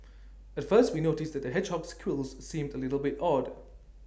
at first we noticed that the hedgehog's quills seemed A little bit odd